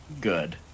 good